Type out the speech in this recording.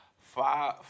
five